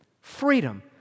Freedom